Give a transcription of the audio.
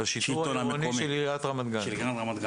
את השיטור העירוני של עיריית רמת גן.